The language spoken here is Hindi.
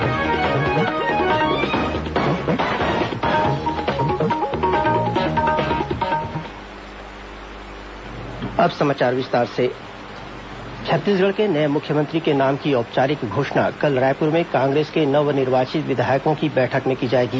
कांग्रेस बैठक छत्तीसगढ़ के नए मुख्यमंत्री के नाम की औपचारिक घोषणा कल रायपुर में कांग्रेस के नव निर्वाचित विधायकों की बैठक में की जाएगी